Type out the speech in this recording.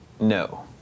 No